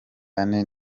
ane